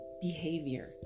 behavior